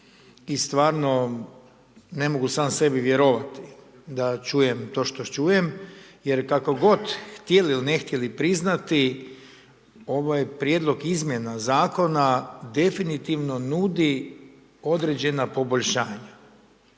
i stvarno ne mogu sam sebi vjerovati da čujem to što čujem jer kako god htjeli ili ne htjeli priznati, ovaj prijedlog izmjena zakona definitivno nudi određena poboljšanja